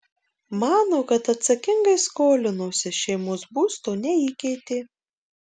mano kad atsakingai skolinosi šeimos būsto neįkeitė